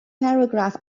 paragraph